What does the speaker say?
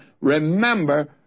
remember